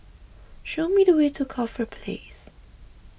show me the way to Corfe Place